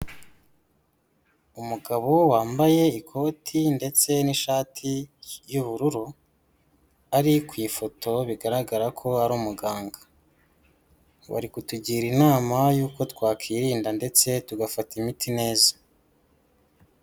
Umugabo wambaye ikoti ndetse n'ishati y'ubururu, ari ku ifoto bigaragara ko ari umuganga, bari kutugira inama yuko twakirinda ndetse tugafata imiti neza.